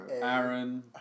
Aaron